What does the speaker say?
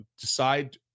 decide